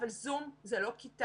אבל זום זה לא כיתה.